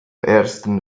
ersten